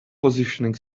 positioning